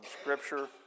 Scripture